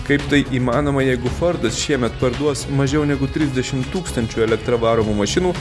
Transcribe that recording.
kaip tai įmanoma jeigu fordas šiemet parduos mažiau negu trisdešim tūkstančių elektra varomų mašinų